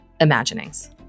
imaginings